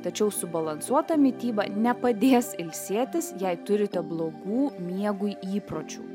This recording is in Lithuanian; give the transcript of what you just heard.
tačiau subalansuota mityba nepadės ilsėtis jei turite blogų miegui įpročių